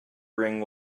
ring